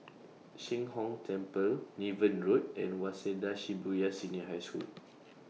Sheng Hong Temple Niven Road and Waseda Shibuya Senior High School